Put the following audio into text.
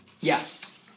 Yes